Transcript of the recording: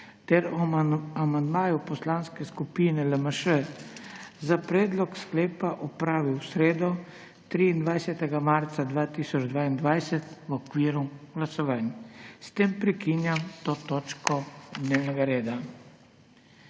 ter o amandmaju Poslanske skupine LMŠ za predlog sklepa opravil v sredo, 23. marca 2022, v okviru glasovanj. S tem prekinjam to točko dnevnega reda.